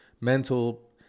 mental